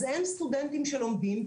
אז אין סטודנטים שלומדים,